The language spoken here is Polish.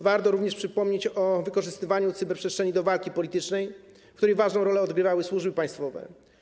Warto również przypomnieć o wykorzystywaniu cyberprzestrzeni do walki politycznej, w której ważną rolę odgrywały służby państwowe.